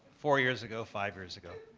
four years ago, five years ago.